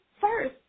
first